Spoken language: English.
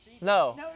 no